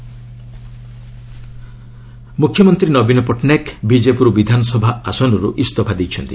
Odisha CM ମୁଖ୍ୟମନ୍ତ୍ରୀ ନନବୀନ ପଟ୍ଟନାୟକ ବିଜେପୁର ବିଧାନସଭା ଆସନରୁ ଇସ୍ତଫା ଦେଇଛନ୍ତି